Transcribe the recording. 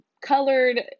colored